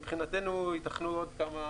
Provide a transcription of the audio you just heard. מבחינתכם, מבחינת המשרד.